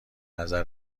نظر